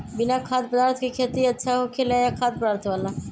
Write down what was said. बिना खाद्य पदार्थ के खेती अच्छा होखेला या खाद्य पदार्थ वाला?